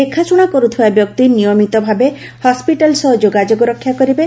ଦେଖାଶୁଣା କରୁଥିବା ବ୍ୟକ୍ତି ନିୟମିତ ଭାବେ ହସ୍କିଟାଲ ସହ ଯୋଗାଯୋଗ ରକ୍ଷାକରିବେ